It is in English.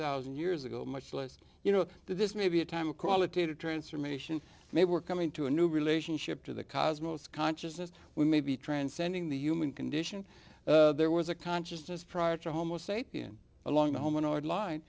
thousand years ago much less you know that this may be a time of qualitative transformation maybe we're coming to a new relationship to the cosmos consciousness we may be transcending the human condition there was a consciousness prior to homosapien along the home annoyed line